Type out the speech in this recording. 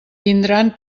tindran